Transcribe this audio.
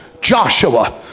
Joshua